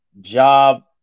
job